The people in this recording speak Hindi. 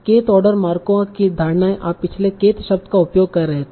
Kth आर्डर मार्कोवा की धारणाएँ में आप पिछले kth शब्द का उपयोग कर रहे थे